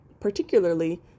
particularly